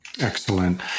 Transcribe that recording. Excellent